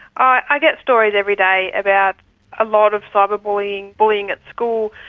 i get stories every day about a lot of cyber bullying, bullying at school,